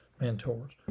mentors